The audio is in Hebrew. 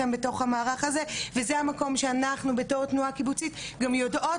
בתוך המערך הזה וזה המקום שאנחנו בתור תנועה קיבוצית גם יודעות